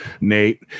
Nate